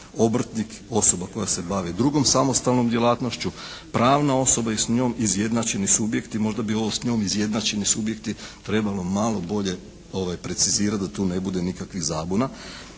Obrtnik, osoba koja se bavi drugom samostalnom djelatnošću. Pravna osoba i s njom izjednačeni subjekti. Možda bi ovo «s njom izjednačeni subjekti» trebalo malo bolje precizirati da tu ne bude nikakvih zabuna